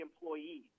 employees